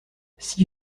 six